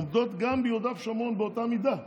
עומדות גם ביהודה ושומרון, באותה מידה.